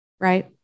Right